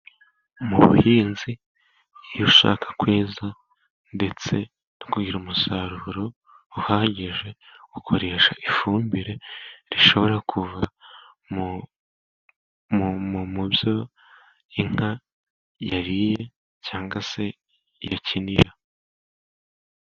Mu buhinzi, iyo ushaka kweza ndetse ukagira umusaruro uhagije ukoresha ifumbire, ishobora kuva mu byo inka yariye cyangwa se yakiniyemo.